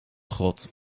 grot